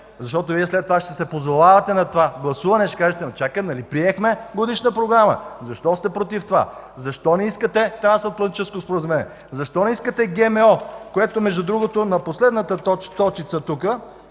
защото Вие след това ще се позовавате на това гласуване и ще кажете: „Чакай, ама нали приехме Годишна програма? Защо сте против това? Защо не искате Трансатлантическо споразумение? Защо не искате ГМО? ”, което между другото е на последната точица тук,